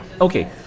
Okay